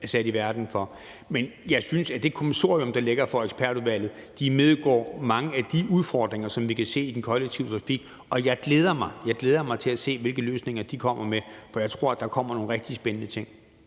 sat i verden for at lave. Men jeg synes, at det kommissorium, der ligger fra ekspertudvalget, imødegår mange af de udfordringer, som vi kan se i den kollektive trafik, og jeg glæder mig til at se, hvilke løsninger de kommer med, for jeg tror, at der kommer nogle rigtig spændende ting.